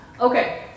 Okay